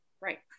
Right